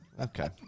Okay